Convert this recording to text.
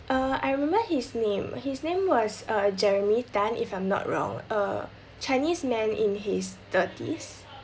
uh I remember his name his name was uh jeremy tan if I'm not wrong a chinese man in his thirties